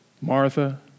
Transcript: Martha